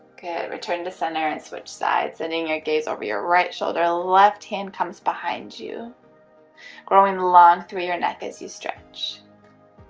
good return to center, and switch sides and in your gaze over your right shoulder left hand comes behind you growing, long through your neck as you stretch